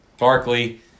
Barkley